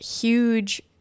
huge